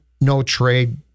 no-trade